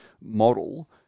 model